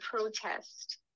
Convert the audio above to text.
protest